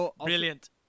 Brilliant